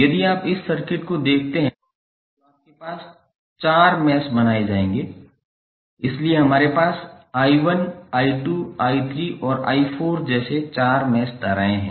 यदि आप इस सर्किट को देखते हैं तो आपके पास चार मैश बनाए जाएंगे इसीलिए हमारे पास 𝑖1 𝑖2 𝑖3 और 𝑖4 जैसे चार मैश धाराएं हैं